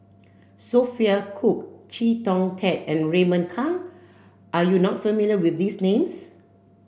Sophia Cooke Chee Kong Tet and Raymond Kang are you not familiar with these names